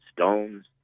stones